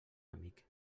amic